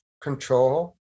control